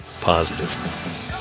positive